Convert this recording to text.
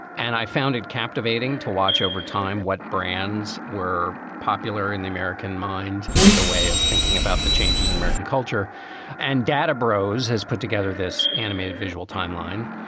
and i found it captivating to watch over time what brands were popular in the american mind as a way of thinking about the changes in american culture and data. brose has put together this animated visual timeline.